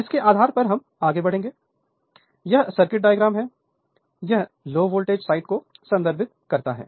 इसके आधार पर हम आगे बढ़ेंगेयह सर्किट डायग्राम है संदर्भ समय 0123 यह लो वोल्टेज साइड को संदर्भित करता है